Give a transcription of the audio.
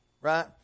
Right